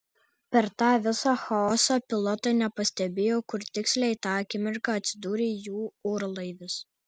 per tą visą chaosą pilotai nepastebėjo kur tiksliai tą akimirką atsidūrė jų orlaivis